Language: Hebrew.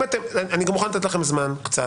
גם מוכן לתת לכם זמן קצת.